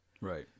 Right